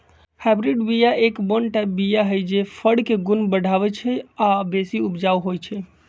hybrid बीया F one type बीया हई जे फर के गुण बढ़बइ छइ आ बेशी उपजाउ होइ छइ